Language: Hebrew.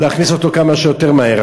להכניס אותו כמה שיותר מהר.